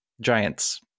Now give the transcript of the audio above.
Giants